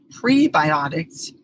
prebiotics